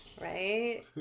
right